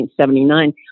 1979